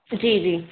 जी जी